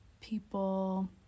people